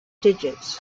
digits